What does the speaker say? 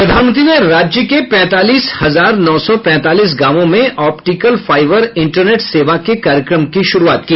प्रधानमंत्री ने राज्य के पैंतालीस हजार नौ सौ पैंतालीस गांवों में ऑप्टिकल फाइबर इंटरनेट सेवा के कार्यक्रम की शुरूआत की